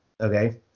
okay